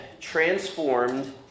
Transformed